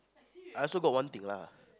I also got one thing lah